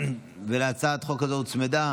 הצעת חוק נוספת,